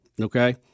okay